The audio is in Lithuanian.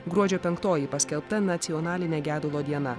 gruodžio įpenktoji paskelbta nacionaline gedulo diena